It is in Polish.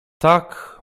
tak